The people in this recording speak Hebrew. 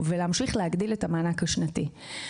ולהמשיך להגדיל את המענק השנתי.